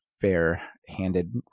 fair-handed